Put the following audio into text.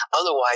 otherwise